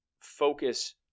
focus